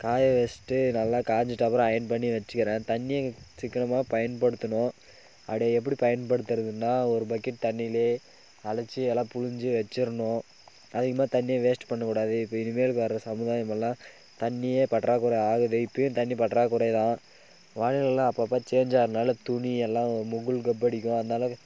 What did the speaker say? காய வெச்சுட்டு நல்லா காய்ஞ்சிட்டப்பறம் அயன் பண்ணி வெச்சுக்கறேன் தண்ணி சிக்கனமாக பயன்படுத்தணும் அடு எப்படி பயன்படுத்துறதுனால் ஒரு பக்கெட் தண்ணிலியே அலசி எல்லாம் பிழுஞ்சி வெச்சிடணும் அதிகமாக தண்ணியை வேஸ்ட்டு பண்ணக்கூடாது இப்போ இனிமேலுக்கு வர்ற சமுதாயம் எல்லாம் தண்ணியே பற்றாக்குறை ஆகுது இப்போயும் தண்ணி பற்றாக்குறை தான் வானிலைலாம் அப்பப்போ சேஞ்ச் ஆகறதுனால துணியெல்லாம் முக்குள் கப்படிக்கும் அதனாலவே